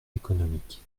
économique